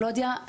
קלאודיה,